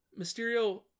Mysterio